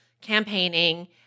campaigning